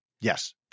Yes